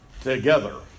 together